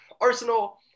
arsenal